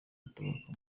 gutabaruka